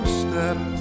step